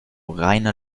reiner